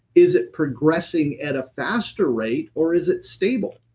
is it progressing at a faster rate or is it stable?